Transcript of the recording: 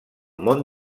món